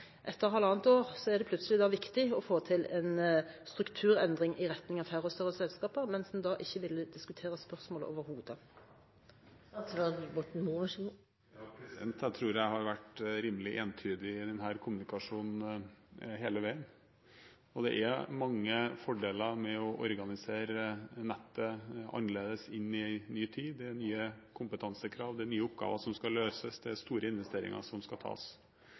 Etter halvannet år er det plutselig viktig å få til en strukturendring i retning av færre og større selskaper, mens man tidligere ikke ville diskutere spørsmålet overhodet. Jeg tror jeg har vært rimelig entydig i denne kommunikasjonen hele veien. Det er mange fordeler med å organisere nettet annerledes inn i en ny tid. Det er nye kompetansekrav, det er nye oppgaver som skal løses, det er store investeringer som skal tas.